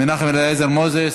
מנחם אליעזר מוזס,